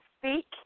speak